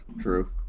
True